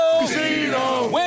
Casino